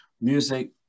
Music